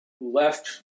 left